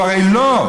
והוא הרי לא.